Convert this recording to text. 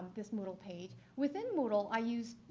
this moodle page, within moodle, i used, you